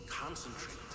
Concentrate